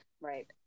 Right